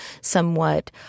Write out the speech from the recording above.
somewhat